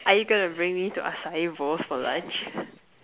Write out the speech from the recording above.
are you going to bring me to acai-bowls for lunch